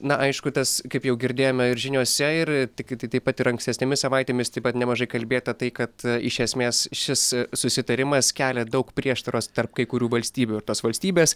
na aišku tas kaip jau girdėjome ir žiniose ir kiti taip pat ir ankstesnėmis savaitėmis taip pat nemažai kalbėta tai kad iš esmės šis susitarimas kelia daug prieštaros tarp kai kurių valstybių ir tos valstybės